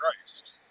christ